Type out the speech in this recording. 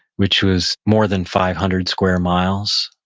which was more than five hundred square miles,